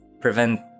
prevent